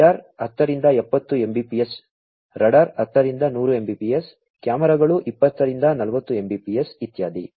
LiDAR 10 ರಿಂದ 70 mbps radar 10 ರಿಂದ 100 mbps ಕ್ಯಾಮೆರಾಗಳು 20 ರಿಂದ 40 mbps ಇತ್ಯಾದಿ